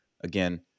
again